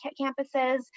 campuses